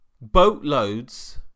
boatloads